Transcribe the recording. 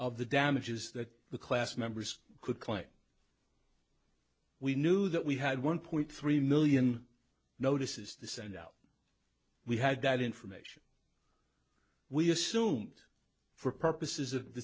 of the damages that the class members could claim we knew that we had one point three million notices to send out we had that information we assume for purposes of